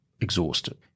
exhausted